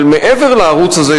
אבל מעבר לערוץ הזה,